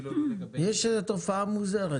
יש איזו תופעה מוזרה.